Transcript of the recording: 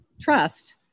trust